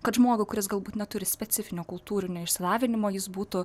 kad žmogui kuris galbūt neturi specifinio kultūrinio išsilavinimo jis būtų